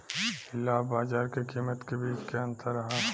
इ लाभ बाजार के कीमत के बीच के अंतर ह